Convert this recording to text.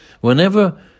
whenever